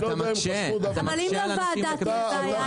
אתה מקשה על האנשים לקבל סיוע.